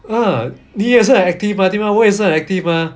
uh 你也是很 active 对 mah 我也是很 active mah